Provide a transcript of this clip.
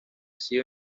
sido